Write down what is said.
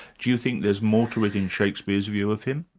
do you think there's more to it in shakespeare's view of him?